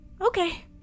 Okay